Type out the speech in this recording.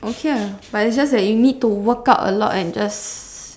okay lah but it's just that you need to work out a lot and just